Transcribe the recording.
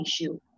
issue